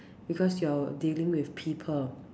because you're dealing with people